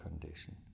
condition